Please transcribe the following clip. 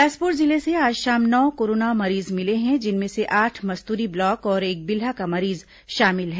बिलासपुर जिले से आज शाम नौ कोरोना मरीज मिले हैं जिनमें से आठ मस्तूरी ब्लॉक और एक बिल्हा का मरीज शामिल हैं